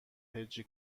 هجی